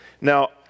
Now